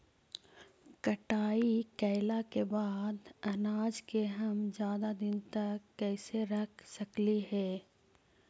कटाई कैला के बाद अनाज के हम ज्यादा दिन तक कैसे रख सकली हे?